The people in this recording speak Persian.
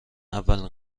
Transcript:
اولین